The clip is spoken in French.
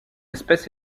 espèce